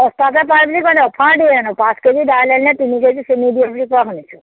সস্তাতে পাই বুলি কোৱা নাই অফাৰ দিয়ে হেনো পাঁচ কেজি দাইল আনিলে তিনি কেজি চেনি দিয়ে বুলি কোৱা শুনিছোঁ